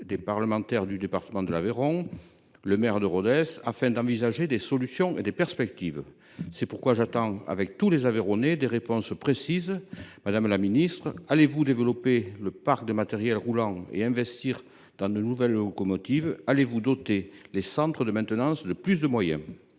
des parlementaires de l’Aveyron et le maire de Rodez, afin d’envisager des solutions et des perspectives. C’est pourquoi j’attends, avec tous les Aveyronnais, des réponses précises. Madame la ministre, le Gouvernement va t il développer le parc de matériel roulant et investir dans de nouvelles locomotives ? Va t il doter les centres de maintenance de plus de moyens ?